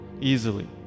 easily